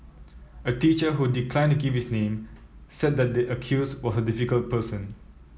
a teacher who declined to give his name said that the accused was a difficult person